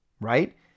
right